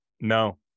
No